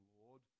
Lord